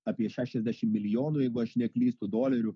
apie šešiasdešim milijonų jeigu aš neklystu dolerių